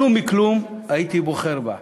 כלום-מכלום, הייתי בוחר בה.